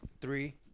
Three